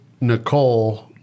Nicole